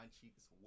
cheeks